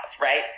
right